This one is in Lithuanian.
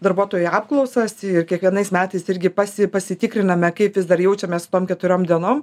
darbuotojų apklausas ir kiekvienais metais irgi pasi pasitikriname kaip jis dar jaučiamės su tom keturiom dienom